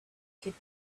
could